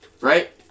right